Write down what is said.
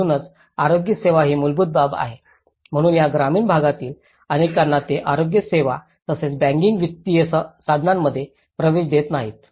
म्हणूनच आरोग्य सेवा ही मूलभूत बाब आहे म्हणून या ग्रामीण भागातील अनेकांना ते आरोग्य सेवा तसेच बँकिंग वित्तीय साधनांमध्ये प्रवेश देत नाहीत